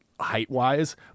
height-wise